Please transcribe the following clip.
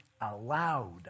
allowed